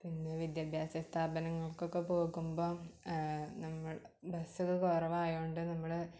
പിന്നെ വിദ്യാഭ്യാസ സ്ഥാപനങ്ങളിലൊക്കെ പോകുമ്പം നമ്മൾ ബസ്സൊക്കെ കുറവായത് കൊണ്ട് നമ്മൾ